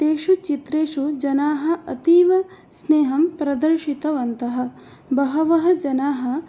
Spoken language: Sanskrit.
तेषु चित्रेषु जनाः अतीवस्नेहं प्रदर्शितवन्तः बहवः जनाः